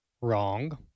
wrong